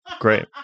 Great